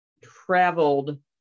traveled